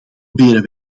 proberen